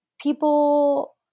people